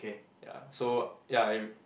ya so ya